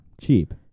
Cheap